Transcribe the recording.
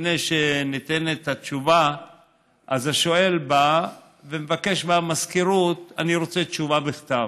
לפני שניתנת התשובה השואל בא ומבקש מהמזכירות שהוא רוצה תשובה בכתב.